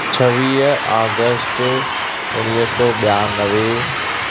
छवीह आगस्त उणिवीह सौ ॿियानवे